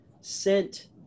sent